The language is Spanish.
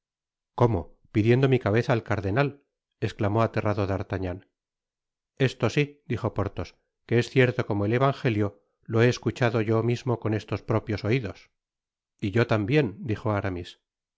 cómo pidiendo mi cabeza al cardenal esclamó aterrado d'artagaan esto si dijo porthos qoe es cierto como el evangelio lo he escuchado yo mismo con estos propios oidos y yo tambien dijo aramis